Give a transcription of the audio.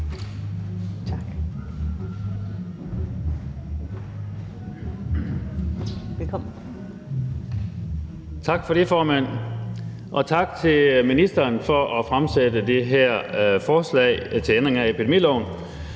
Tak for det, formand, og tak til ministeren for at fremsætte det her forslag til ændring af epidemiloven.